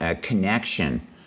connection